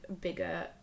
bigger